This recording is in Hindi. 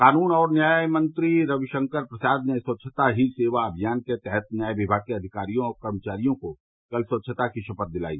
कानून और न्याय मंत्री रवि शंकर प्रसाद ने स्वच्छता ही सेवा अभियान के तहत न्याय विभाग के अधिकारियों और कर्मचारियों को कल स्वच्छता की शपथ दिलाई